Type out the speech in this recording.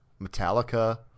Metallica